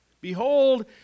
behold